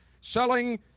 selling